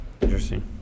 Interesting